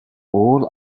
all